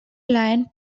line